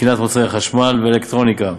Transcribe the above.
תקינת מוצרי חשמל ואלקטרוניקה.